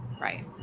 right